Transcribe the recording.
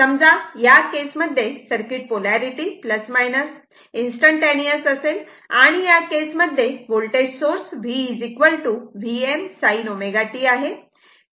समजा या केस मध्ये सर्किट पोलारिटी इंस्टंटनेस असेल आणि या केस मध्ये voltage source VVm sin ω t आहे